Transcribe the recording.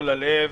לא ללב,